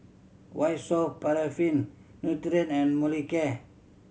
White Soft Paraffin Nutren and Molicare